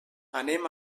anem